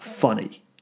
funny